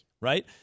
right